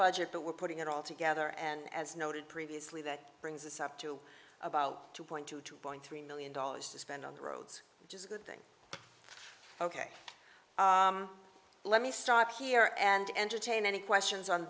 budget but we're putting it all together and as noted previously that brings us up to about two point two two point three million dollars to spend on the roads which is a good thing ok let me start here and entertain any questions on